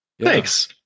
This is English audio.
Thanks